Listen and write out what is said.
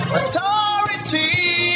authority